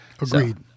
Agreed